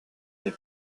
les